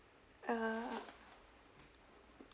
uh